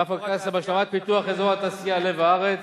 כפר-קאסם, השלמת פיתוח אזור התעשייה לב-הארץ,